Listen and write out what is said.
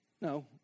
No